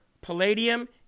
palladium